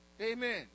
Amen